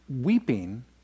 weeping